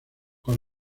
con